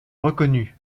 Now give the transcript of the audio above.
reconnu